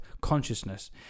consciousness